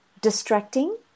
distracting